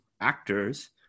actors